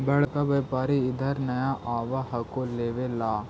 बड़का व्यापारि इधर नय आब हको लेबे ला?